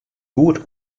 goed